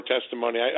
testimony